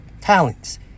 talents